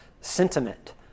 sentiment